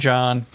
John